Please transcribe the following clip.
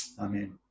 Amen